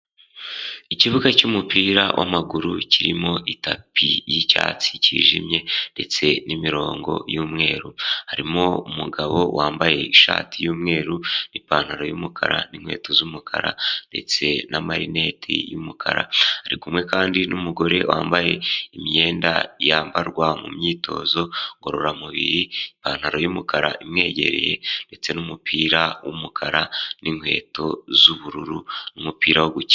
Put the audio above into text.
Ikibuga cy'umupira w'amaguru kirimo itapi y'icyatsi kijimye ndetse n'imirongo y'umweru, harimo umugabo wambaye ishati y'umweru n'ipantaro y'umukara n'inkweto z'umukara ndetse n'amarineti y'umukara, ari kumwe kandi n'umugore wambaye imyenda yambarwa mu myitozo ngororamubiri ipantaro y'umukara imwegereye ndetse n'umupira w'umukara n'inkweto z'ubururu n'umupira wo gukina.